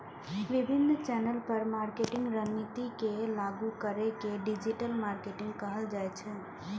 विभिन्न चैनल पर मार्केटिंग रणनीति के लागू करै के डिजिटल मार्केटिंग कहल जाइ छै